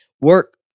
work